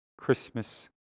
Christmas